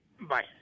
Bye